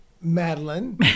Madeline